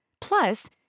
Plus